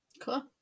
cool